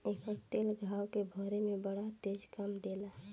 एकर तेल घाव के भरे में बड़ा तेज काम देला